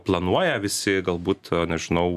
planuoja visi galbūt nežinau